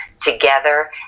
together